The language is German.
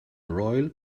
royal